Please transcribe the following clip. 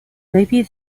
maybe